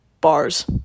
bars